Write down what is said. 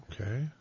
Okay